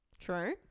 True